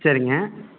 சரிங்க